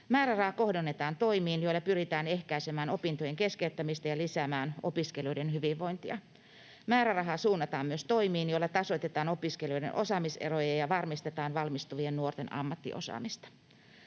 Määräraha kohdennetaan toimiin, joilla pyritään ehkäisemään opintojen keskeyttämistä ja lisäämään opiskelijoiden hyvinvointia. Määrärahaa suunnataan myös toimiin, joilla tasoitetaan opiskelijoiden osaamiseroja ja varmistetaan valmistuvien nuorten ammattiosaamista.